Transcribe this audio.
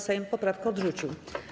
Sejm poprawkę odrzucił.